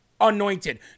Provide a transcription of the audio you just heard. anointed